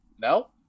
no